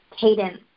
cadence